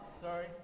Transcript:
sorry